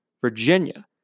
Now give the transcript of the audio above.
Virginia